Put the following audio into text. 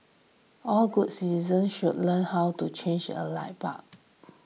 all good citizens should learn how to change a light bulb